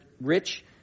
rich